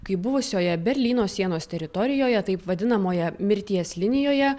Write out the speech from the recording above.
kai buvusioje berlyno sienos teritorijoje taip vadinamoje mirties linijoje